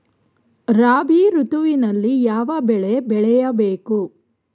ರಾಬಿ ಋತುವಿನಲ್ಲಿ ಯಾವ ಬೆಳೆ ಬೆಳೆಯ ಬೇಕು?